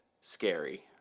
scary